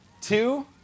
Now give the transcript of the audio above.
Two